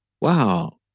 Wow